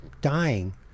dying